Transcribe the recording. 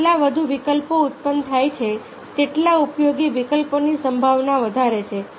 જેટલા વધુ વિકલ્પો ઉત્પન્ન થાય છે તેટલા ઉપયોગી વિકલ્પોની સંભાવના વધારે છે